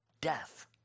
death